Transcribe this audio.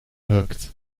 hooked